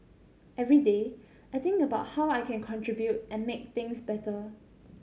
every day I think about how I can contribute and make things better